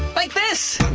like this